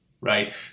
right